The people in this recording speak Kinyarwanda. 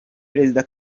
perezida